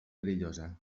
perillosa